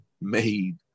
made